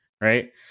right